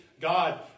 God